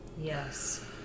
yes